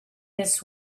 this